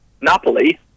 Napoli